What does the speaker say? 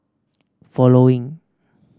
following